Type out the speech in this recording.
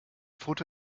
foto